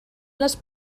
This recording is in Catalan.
les